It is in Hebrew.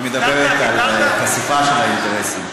היא מדברת על חשיפה של אינטרסים.